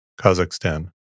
Kazakhstan